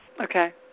Okay